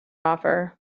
offer